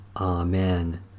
Amen